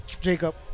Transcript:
Jacob